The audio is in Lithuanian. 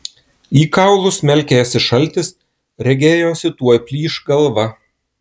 į kaulus smelkėsi šaltis regėjosi tuoj plyš galva